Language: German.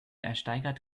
ersteigert